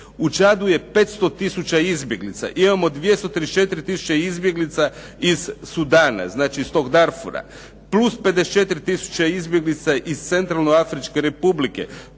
U Čadu je 500 tisuća izbjeglica. Imamo 234 tisuće izbjeglica iz Sudana, znači iz tog Darfura plus 54 tisuće izbjeglica iz Centralne Afričke Republike